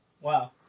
Wow